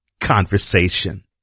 conversation